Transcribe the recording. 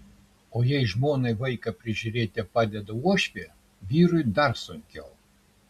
o jei žmonai vaiką prižiūrėti padeda uošvė vyrui dar sunkiau